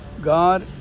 God